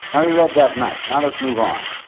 we read that much now, let's move on.